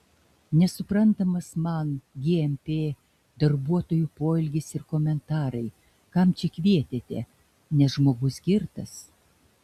nesuprantamas man gmp darbuotojų poelgis ir komentarai kad kam čia kvietėte nes žmogus girtas